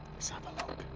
let's have a look